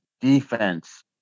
defense